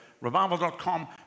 revival.com